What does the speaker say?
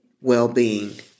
well-being